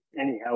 Anyhow